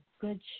good